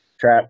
trap